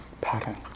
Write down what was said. pattern